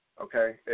okay